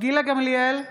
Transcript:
גילה גמליאל,